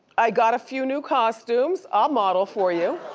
i got a few new costumes, i'll model for you.